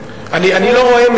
אני לא רואה,